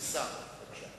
למגזר השלישי.